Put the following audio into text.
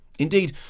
Indeed